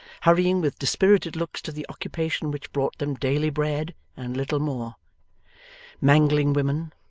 hurrying with dispirited looks to the occupation which brought them daily bread and little more mangling-women,